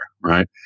right